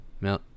No